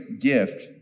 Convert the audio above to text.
gift